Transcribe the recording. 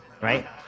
Right